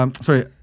Sorry